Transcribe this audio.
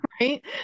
right